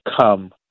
come